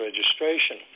Registration